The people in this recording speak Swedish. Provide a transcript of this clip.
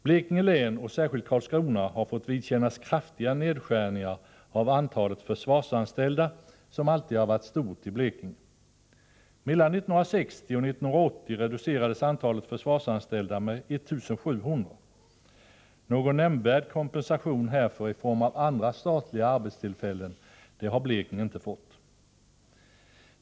Blekinge län, och särskilt Karlskrona, har fått vidkännas kraftiga nedskärningar av antalet försvarsanställda, som alltid har varit stort i Blekinge. Mellan 1960 och 1980 reducerades antalet försvarsanställda med ca 1 700. Någon nämnvärd kompensation härför i form av andra statliga arbetstillfällen har Blekinge inte fått.